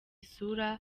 isura